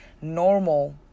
normal